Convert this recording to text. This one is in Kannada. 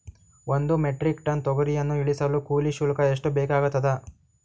ಒಂದು ಮೆಟ್ರಿಕ್ ಟನ್ ತೊಗರಿಯನ್ನು ಇಳಿಸಲು ಕೂಲಿ ಶುಲ್ಕ ಎಷ್ಟು ಬೇಕಾಗತದಾ?